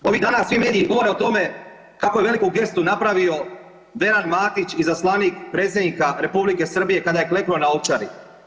Ovih dana svi mediji govore o tome kako je veliku gestu napravio Veran Matić, izaslanik predsjednika R. Srbije kada je kleknuo na Ovčari.